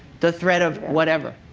the threat of whatever.